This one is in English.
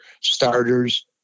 Starters